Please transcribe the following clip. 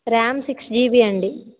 RAM six GB అండి